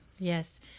Yes